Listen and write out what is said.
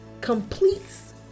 completes